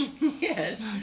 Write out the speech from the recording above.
Yes